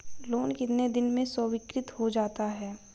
Loan कितने दिन में स्वीकृत हो जाता है?